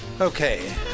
Okay